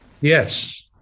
Yes